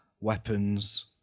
weapons